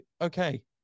okay